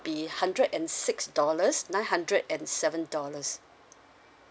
be hundred and six dollars nine hundred and seven dollars